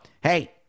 hey